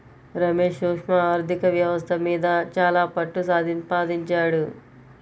రమేష్ సూక్ష్మ ఆర్ధిక వ్యవస్థ మీద చాలా పట్టుసంపాదించాడు